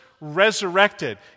resurrected